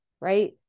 right